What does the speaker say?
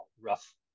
rough